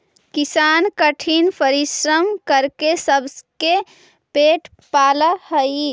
किसान कठिन परिश्रम करके सबके पेट पालऽ हइ